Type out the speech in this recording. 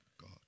God